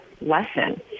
lesson